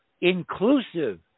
inclusive